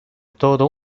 todo